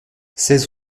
seize